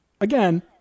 again